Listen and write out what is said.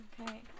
Okay